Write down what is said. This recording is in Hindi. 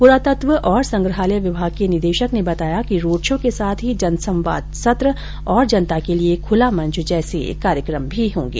पुरातत्व और संग्रहालय विभाग के निदेशक ने बताया कि रोड़ शो के साथ ही जनसंवाद सत्र और जनता के लिये खुला मंच जैसे कार्यक्रम भी होंगे